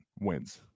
wins